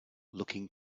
looking